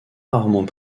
rarement